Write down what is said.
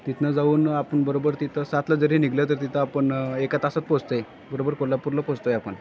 तिथनं जाऊन आपण बरोबर तिथं सातला जरी निघलं तर तिथं आपण एका तासात पोचतो आहे बरोबर कोल्हापूरला पोचतो आहे आपण